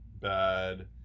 bad